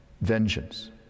vengeance